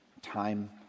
time